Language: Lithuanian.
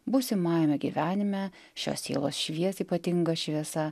būsimajame gyvenime šios sielos švies ypatinga šviesa